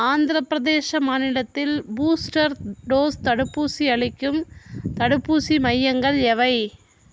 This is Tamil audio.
ஆந்திரப்பிரதேச மாநிலத்தில் பூஸ்டர் டோஸ் தடுப்பூசி அளிக்கும் தடுப்பூசி மையங்கள் எவை